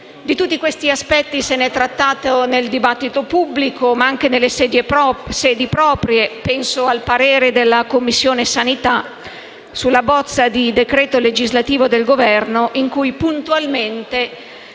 Di tutti questi aspetti si è trattato sia nel dibattito pubblico che nelle sedi proprie: penso al parere della Commissione sanità sulla bozza di decreto legislativo del Governo, in cui puntualmente